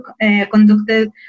conducted